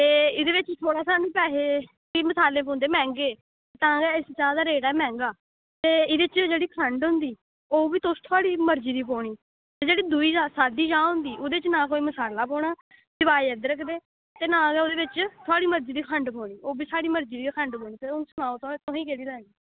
ते एह्दे बिच पैसे सानूं मसाले पौंदे मैह्ंगे इत्थें चाह् दा रेट ऐ मैहंगा ते एह्दे च जेह्ड़ी खंड होंदी ते ओह्बी थोह्ड़ी मरज़ी होंदी ते जेह्ड़ी दूई होंदी ओह्दे ई मसालै निं पौंदे सिवाय अदरक दे ते ना गै ओह्दे च थोह्ड़ी मर्जी दी खंड पौनी तां हून सनाओ तुसें केह्ड़ी लैनी